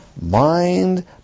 Mind